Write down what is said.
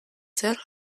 zehar